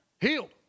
Healed